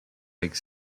lake